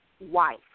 wife